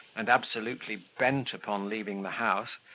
and absolutely bent upon leaving the house,